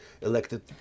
elected